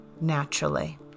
naturally